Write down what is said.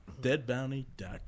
DeadBounty.com